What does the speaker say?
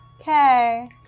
Okay